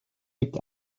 gibt